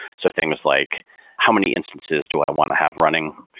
so things like how many instances to i want to have running?